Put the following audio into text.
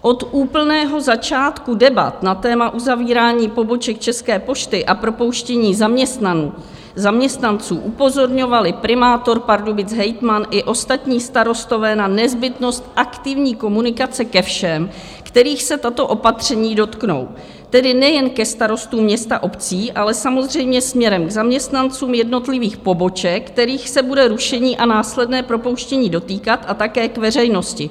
Od úplného začátku debat na téma uzavírání poboček České pošty a propouštění zaměstnanců upozorňovali primátor Pardubic, hejtman i ostatní starostové na nezbytnost aktivní komunikace ke všem, kterých se tato opatření dotknou, tedy nejen ke starostům měst a obcí, ale samozřejmě směrem k zaměstnancům jednotlivých poboček, kterých se bude rušení a následné propouštění dotýkat, a také k veřejnosti.